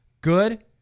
Good